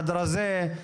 רזה,